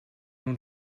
nun